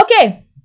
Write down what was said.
Okay